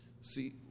See